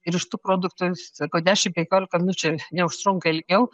ir iš tų produktų sakau dešimt penkiolika minučių neužtrunka ilgiau